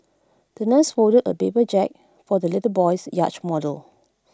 the nurse folded A paper Jack for the little boy's yacht model